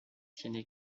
tiene